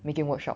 making workshop